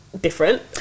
different